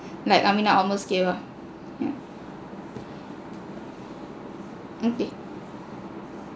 like I mean I almost gave up yeah okay